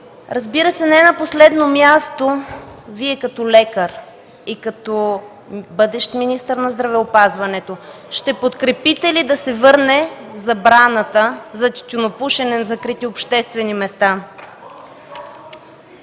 Ви група. Не на последно място Вие, като лекар и като бъдещ министър на здравеопазването, ще подкрепите ли отмяната на забраната за тютюнопушене на закрити обществени места?